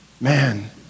man